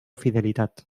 fidelitat